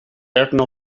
certain